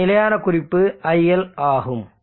இந்த நிலையான குறிப்பு iL ஆகும்